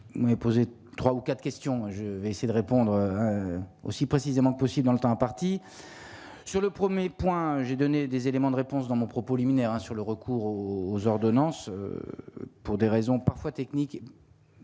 mort et et posé 3 ou 4 questions : je vais essayer de répondre, aussi précisément que possible dans le temps imparti sur le 1er point, j'ai donné des éléments de réponse dans mon propos liminaire sur le recours aux ordonnances pour des raisons parfois technique